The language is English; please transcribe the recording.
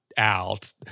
out